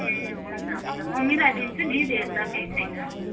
ए हुन्छ हुन्छ म मिलाइदिन्छु नि रेट त केही छैन